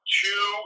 two